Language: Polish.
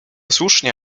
słusznie